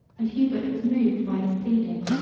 and hubert was moved by his pleading,